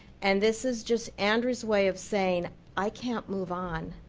and this is just andrew's way of saying i can't move on.